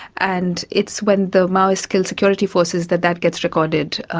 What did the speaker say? and it's when the maoists kill security forces that that gets recorded,